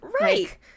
right